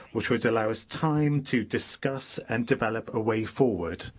which would allow us time to discuss and develop a way forward?